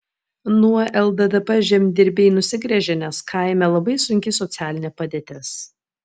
nuo lddp žemdirbiai nusigręžė nes kaime labai sunki socialinė padėtis